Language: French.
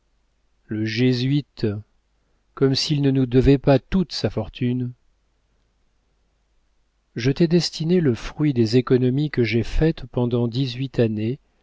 le jésuite comme s'il ne nous devait pas toute sa fortune je t'ai destiné le fruit des économies que j'ai faites pendant dix-huit années